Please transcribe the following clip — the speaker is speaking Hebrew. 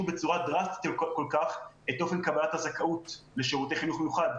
בצורה דרסטית כל כך את אופן קבלת הזכאות לשירותי חינוך מיוחד?